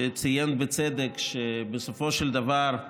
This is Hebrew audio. שציין בצדק שבסופו של דבר,